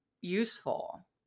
useful